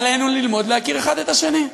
עלינו ללמוד להכיר האחד את השני.